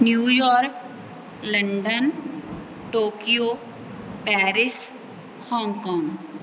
New York London Tokyo Paris Hong Kong